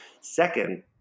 Second